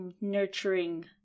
nurturing